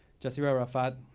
yasser arafat,